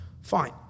Fine